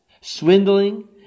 swindling